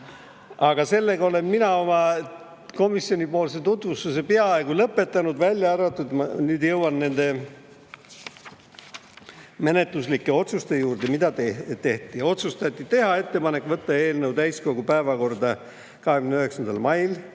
Aga sellega olen mina oma komisjonipoolse tutvustuse peaaegu lõpetanud, välja arvatud see, et ma nüüd jõuan nende menetluslike otsuste juurde, mis tehti. Otsustati teha ettepanek võtta eelnõu täiskogu päevakorda 29. mail